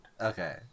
Okay